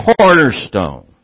cornerstone